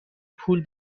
پول